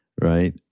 right